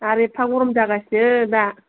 आरो एप्फा गरम जागासिनो दा